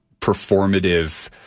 performative